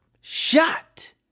shot